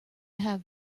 have